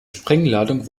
sprengladung